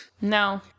No